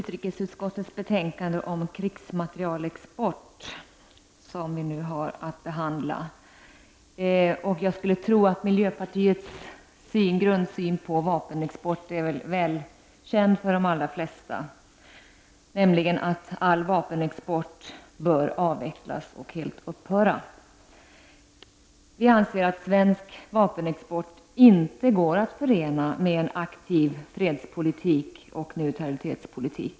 Fru talman! Vi behandlar nu utrikesutskottets betänkande om krigsmaterielexport. Jag skulle tro att miljöpartiets grundsyn på vapenexporten är välkänd för de allra flesta. Det är att all vapenexport bör avvecklas och helt upphöra. Vi anser att svensk vapenexport inte går att förena med en aktiv freds och neutralitetspolitik.